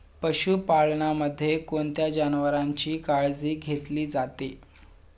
पशुपालनामध्ये कोणत्या जनावरांची काळजी घेतली जाते?